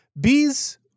Bees